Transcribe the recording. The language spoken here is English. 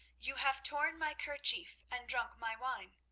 you have torn my kerchief and drunk my wine.